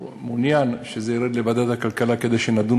מעוניין שזה ירד לוועדת הכלכלה כדי שנדון